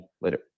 Later